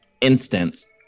instance